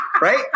Right